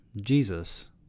Jesus